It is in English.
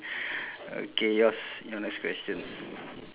okay yours your next question